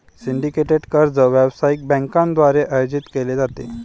syndicated कर्ज व्यावसायिक बँकांद्वारे आयोजित केले जाते